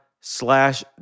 slash